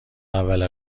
اول